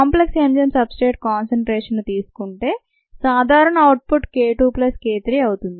complex enzyme substrate కాన్సన్ట్రేషన్ను తీసుకుంటే సాధారణ అవుట్పుట్ k2 ప్లస్ k3 అవుతుంది